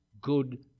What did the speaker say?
good